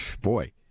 boy